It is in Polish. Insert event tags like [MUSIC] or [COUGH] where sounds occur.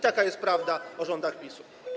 Taka jest prawda [NOISE] o rządach PiS-u.